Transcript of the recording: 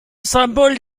symbole